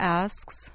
asks